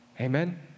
Amen